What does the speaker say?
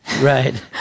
Right